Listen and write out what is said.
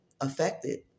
affected